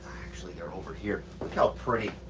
actually they're over here, look how pretty